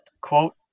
quote